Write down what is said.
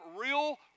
real